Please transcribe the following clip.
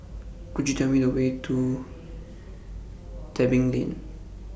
Could YOU Tell Me The Way to Tebing Lane